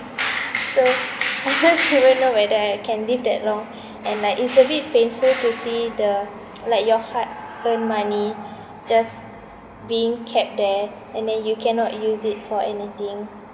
so I don't even know whether I can live that long and like it's a bit painful to see the like your hard earned money just being kept there and then you cannot use it for anything